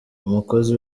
umukozi